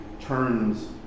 turns